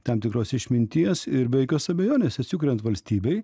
tam tikros išminties ir be jokios abejonės atsikuriant valstybei